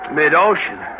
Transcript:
mid-ocean